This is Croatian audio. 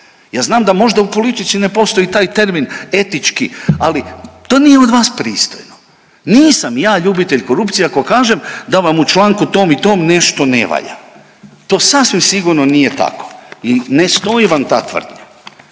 Ja znam da možda u politici ne postoji taj termin etički, ali to nije od vas pristojno. Nisam ja ljubitelj korupcije ako kažem da vam u članku tom i tom nešto ne valja. To sasvim sigurno nije tako i ne stoji vam ta tvrdnja.